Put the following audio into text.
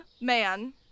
man